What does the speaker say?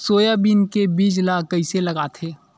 Soybean के बीज ल कइसे लगाथे?